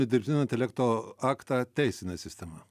dirbtinio intelekto aktą teisinė sistema